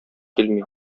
килми